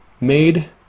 made